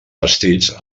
bastits